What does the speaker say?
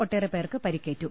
ഒട്ടേറെ പേർക്ക് പരിക്കേറ്റു